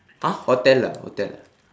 !huh! hotel ah hotel ah